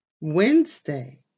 Wednesday